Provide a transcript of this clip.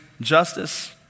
justice